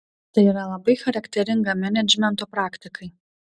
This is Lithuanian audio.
tai yra labai charakteringa menedžmento praktikai